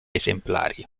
esemplari